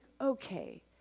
okay